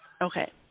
Okay